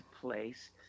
place